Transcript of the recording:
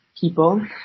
people